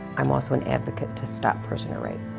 i'm also an advocate to stop prisoner rape.